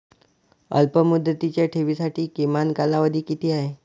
अल्पमुदतीच्या ठेवींसाठी किमान कालावधी किती आहे?